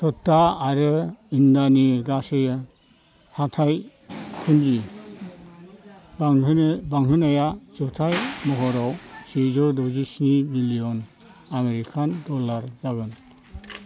Toyota आरो Honda नि गासै हाथाइ फुन्जि बांहोनाया जथाइ महराव सेजौ दजिस्नि बिलियन आमेरिकान डलार जागोन